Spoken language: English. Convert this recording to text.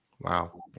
Wow